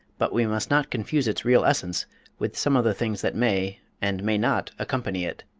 but we must not confuse its real essence with some of the things that may and may not accompany it.